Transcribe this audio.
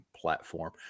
platform